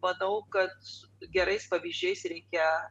manau kad su gerais pavyzdžiais reikia